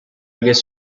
guess